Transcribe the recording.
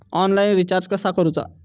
Online recharge कसा करूचा?